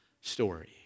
story